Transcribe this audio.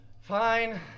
fine